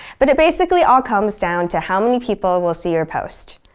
but, it basically all comes down to how many people will see your post.